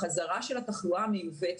החזרה של התחלואה המיובאת